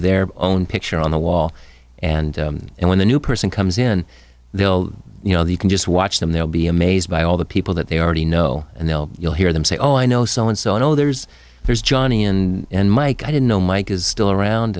their own picture on the wall and then when the new person comes in they'll you know you can just watch them they'll be amazed by all the people that they already know and they'll you'll hear them say oh i know so and so i know there's there's johnny and mike i didn't know mike is still around